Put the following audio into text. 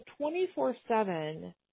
24-7